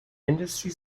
industry